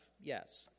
Yes